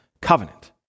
covenant